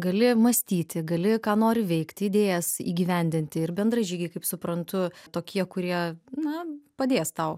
gali mąstyti gali ką nori veikti idėjas įgyvendinti ir bendražygiai kaip suprantu tokie kurie na padės tau